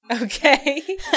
okay